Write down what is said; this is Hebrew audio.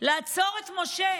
לעצור את משה